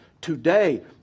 today